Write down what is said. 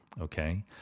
Okay